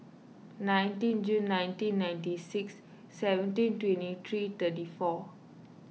nineteen June nineteen ninety six seventeen twenty three thirty four